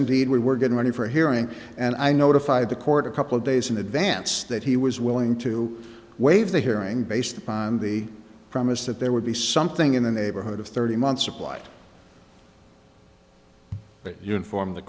indeed we were getting ready for a hearing and i notified the court a couple of days in advance that he was willing to waive the hearing based upon the premise that there would be something in the neighborhood of thirty months supply but you inform t